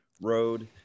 road